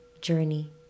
journey